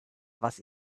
was